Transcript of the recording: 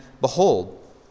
behold